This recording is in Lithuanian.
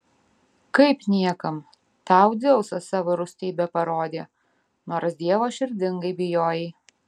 kaip niekam tau dzeusas savo rūstybę parodė nors dievo širdingai bijojai